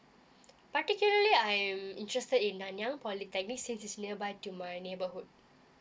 particularly I'm interested in nanyang polytechnic since it's nearby to my neighbourhood